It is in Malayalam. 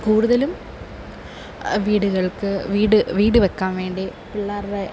കൂടുതലും വീടുകള്ക്ക് വീട് വീട് വെക്കാന് വേണ്ടി പിള്ളാരുടെ